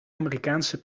amerikaanse